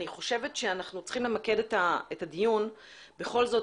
אני חושבת שאנחנו צריכים למקד את הדיון בכל זאת